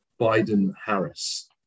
Biden-Harris